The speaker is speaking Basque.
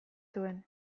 zuen